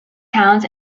towns